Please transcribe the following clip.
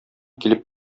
килеп